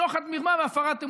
שוחד, מרמה והפרת אמונים.